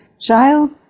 child